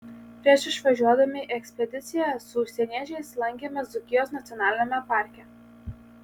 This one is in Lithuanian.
prieš išvažiuodami į ekspediciją su užsieniečiais lankėmės dzūkijos nacionaliniame parke